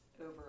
over